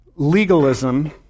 legalism